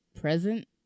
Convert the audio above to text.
present